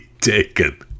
taken